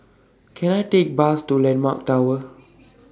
Can I Take A Bus to Landmark Tower